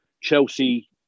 Chelsea